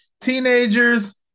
teenagers